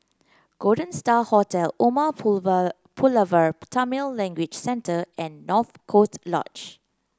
Golden Star Hotel Umar Pulaver Pulavar Tamil Language Centre and North Coast Lodge